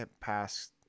past